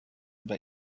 bei